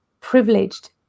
privileged